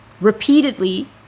repeatedly